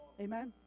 Amen